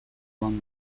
جوان